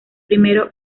primero